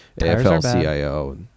AFL-CIO